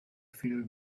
feel